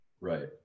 Right